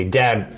dad